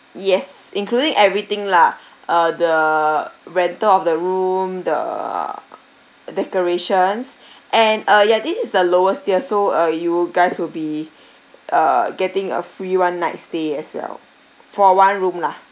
yes including everything lah uh the rental of the room the decorations and uh ya this is the lowest tier so uh you guys will be err getting a free one night stay as well for one room lah